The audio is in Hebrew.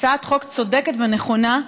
הצעת חוק צודקת ונכונה,